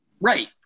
Right